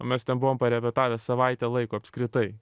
o mes ten buvom parepetavę savaitę laiko apskritai